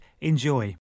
Enjoy